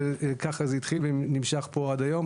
כך זה התחיל ונמשך עד היום,